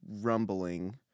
rumbling